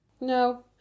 No